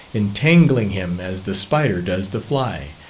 entangling him as the spider does the fly,